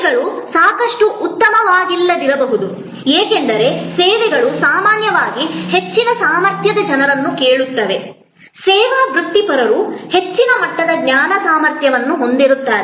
ಸೇವೆಗಳು ಸಾಕಷ್ಟು ಉತ್ತಮವಾಗಿಲ್ಲದಿರಬಹುದು ಏಕೆಂದರೆ ಸೇವೆಗಳು ಸಾಮಾನ್ಯವಾಗಿ ಹೆಚ್ಚಿನ ಸಾಮರ್ಥ್ಯದ ಜನರನ್ನು ಕೇಳುತ್ತವೆ ಸೇವಾ ವೃತ್ತಿಪರರು ಹೆಚ್ಚಿನ ಮಟ್ಟದ ಜ್ಞಾನ ಸಾಮರ್ಥ್ಯವನ್ನು ಹೊಂದಿರುತ್ತಾರೆ